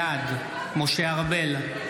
בעד משה ארבל,